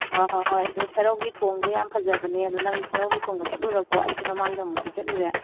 ꯍꯣꯏ ꯍꯣꯏ ꯍꯣꯏ ꯑꯁꯤꯗ ꯁꯦꯔꯧꯒꯤ ꯊꯣꯡꯗꯣ ꯌꯥꯝ ꯐꯖꯕꯅꯦ ꯑꯗꯨ ꯅꯪ ꯁꯦꯔꯧꯒꯤ ꯊꯣꯡꯗꯣ ꯆꯠꯂꯨꯔꯕ꯭ꯔꯣ ꯑꯩꯗꯤ ꯃꯃꯥꯡꯗ ꯑꯃꯨꯛꯇꯤ ꯆꯠꯂꯨꯔꯦ